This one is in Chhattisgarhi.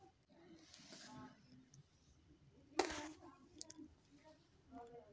किसान क्रेडिट कारड से मोला खेती करे बर लोन मिल जाहि की बनही??